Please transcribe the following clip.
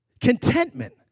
Contentment